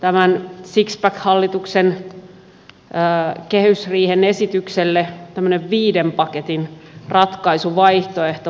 tänään on kuultu tämän sixpack hallituksen kehysriihen esitykselle tämmöinen viiden paketin ratkaisuvaihtoehto perussuomalaisilta